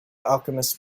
alchemists